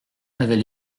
avait